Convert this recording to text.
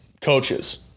coaches